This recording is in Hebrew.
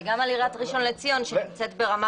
וגם על עיריית ראשון לציון שנמצאת ברמה